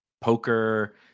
poker